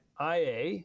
IA